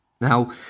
Now